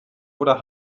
oder